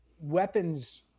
Weapons